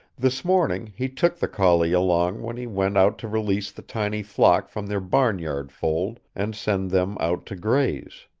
this morning he took the collie along when he went out to release the tiny flock from their barnyard fold and send them out to graze.